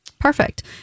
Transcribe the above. Perfect